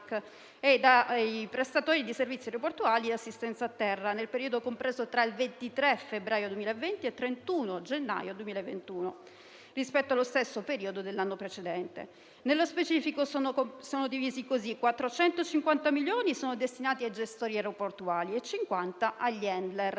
e dai prestatori di servizi aeroportuali e di assistenza a terra nel periodo compreso tra il 23 febbraio 2020 e il 31 gennaio 2021, rispetto allo stesso periodo dell'anno precedente. Nello specifico sono divisi così: 450 milioni sono destinati ai gestori aeroportuali e 50 agli *handler*.